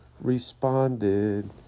responded